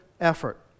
effort